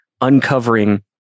uncovering